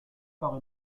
par